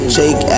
take